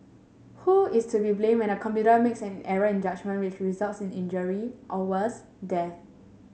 who is to be blamed when a computer makes an error in judgement which results in injury or worse death